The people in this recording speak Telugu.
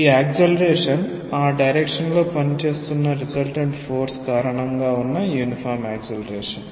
ఈ యాక్సెలేరేషన్ ఆ డైరెక్షన్ లో పని చేస్తున్న రిసల్టెంట్ ఫోర్స్ కారణంగా ఉన్న యూనీఫార్మ్ యాక్సెలేరేషన్